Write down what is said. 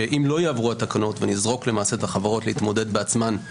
שאם לא יעברו התקנות ונזרוק למעשה את החברות להתמודד בעצמן.